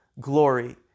glory